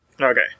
Okay